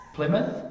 Plymouth